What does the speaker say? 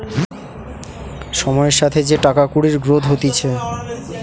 সময়ের সাথে যে টাকা কুড়ির গ্রোথ হতিছে